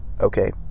Okay